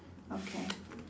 okay